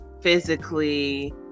physically